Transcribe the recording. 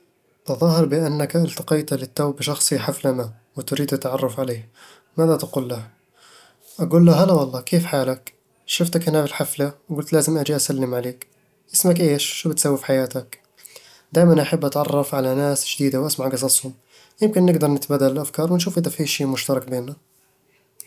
تظاهر بأنك التقيت للتو بشخص في حفلة ما، وتريد التعرف عليه. ماذا تقول له؟ أقول له: "هلا والله! كيف حالك؟ شفتك هنا في الحفلة وقلت لازم أجي أسلم عليك. اسمك إيش؟ وش بتسوي في حياتك؟" دايمًا أحب أتعرف على ناس جديدة وأسمع قصصهم. يمكن نقدر نتبادل بعض الأفكار ونشوف إذا في شي مشترك بيننا